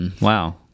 wow